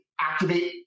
activate